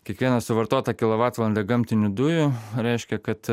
kiekviena suvartota kilovatvalandė gamtinių dujų reiškia kad